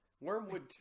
Wormwood